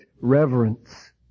reverence